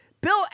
Bill